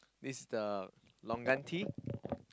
this the longan tea